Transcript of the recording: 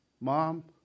mom